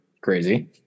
crazy